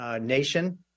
Nation